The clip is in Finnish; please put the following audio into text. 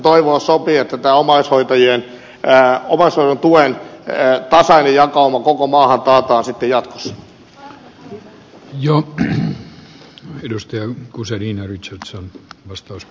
toivoa sopii että omaishoidon tuen tasainen jakauma koko maahan taataan sitten jatkossa